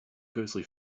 ghostly